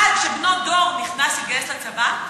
עד שבנו דור התגייס לצבא,